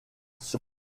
sur